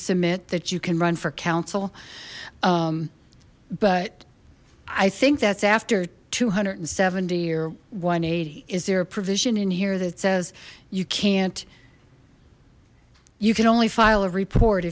submit that you can run for counsel but i think that's after two hundred and seventy or one hundred and eighty is there a provision in here that says you can't you can only file a report